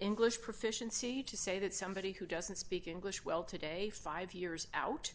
english proficiency to say that somebody who doesn't speak english well today five years out